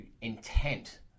intent